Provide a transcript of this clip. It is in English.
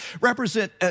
represent